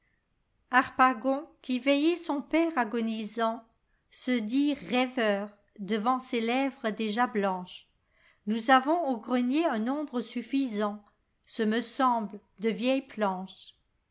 harpagon qui veillait son père agonisani se dit rêveur devant ces lèvres déjà blanches nous avons au grenier un nombre sufîisant ce me semble de vieilles planches